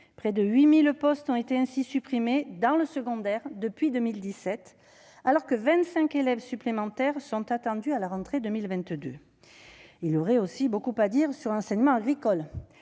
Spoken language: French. Près de 8 000 postes ont ainsi été supprimés dans le secondaire depuis 2017, alors même que 25 000 élèves supplémentaires sont attendus à la rentrée 2022. Il y aurait aussi beaucoup à dire sur l'enseignement agricole,